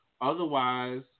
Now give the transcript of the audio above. otherwise